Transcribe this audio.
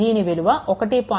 దీని విలువ 1